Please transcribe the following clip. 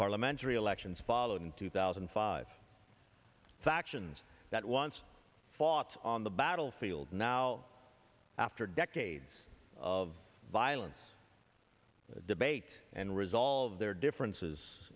parliamentary elections followed in two thousand and five factions that once fought on the battlefield now after decades of violence debate and resolve their differences